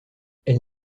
elle